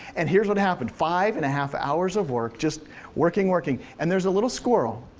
and here's what happened five and a half hours of work, just working, working, and there's a little squirrel